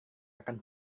akan